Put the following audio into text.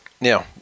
Now